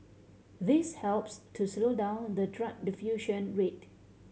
this helps to slow down the drug diffusion rate